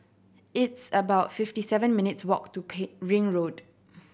it's about fifty seven minutes' walk to Ring Road